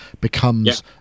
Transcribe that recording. becomes